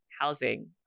housing